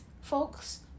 folks